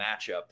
matchup